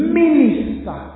minister